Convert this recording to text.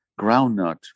groundnut